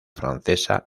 francesa